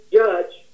judge